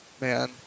man